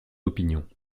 opinions